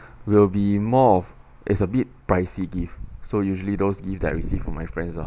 will be more of it's a bit pricey gift so usually those gift that I receive from my friends lah